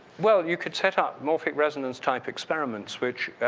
well, you could set up morphic resonance type experiments, which